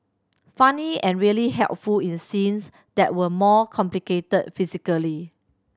funny and really helpful in scenes that were more complicated physically